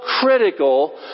critical